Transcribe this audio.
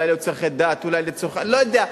אולי לצורכי דת, אני לא יודע,